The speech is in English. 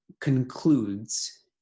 concludes